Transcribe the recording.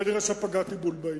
כנראה פגעתי בול בעניין.